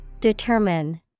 determine